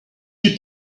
you